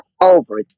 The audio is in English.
over